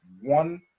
one